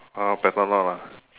uh ah